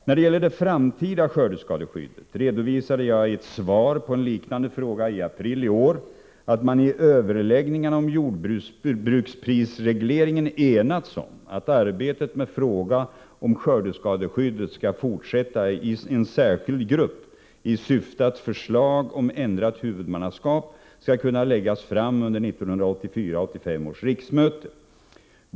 När det gäller det framtida skördeskadeskyddet redovisade jag i ett svar på en liknande fråga i april i år att man i överläggningarna om jordbruksprisregleringen enats om att arbetet med fråga om skördeskadeskyddet skall fortsätta i en särskild grupp i syfte att förslag om ändrat huvudmannaskap skall kunna läggas fram under 1984/85 års riksmöte.